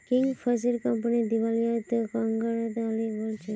Kingfisher company दिवालियापनेर कगारत चली ओल छै